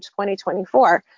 2024